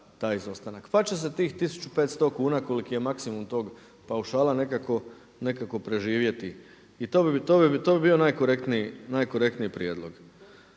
Pa će se tih 1500 kuna koliki je maksimum tog paušala nekako preživjeti i to bi bio najkorektniji prijedlog.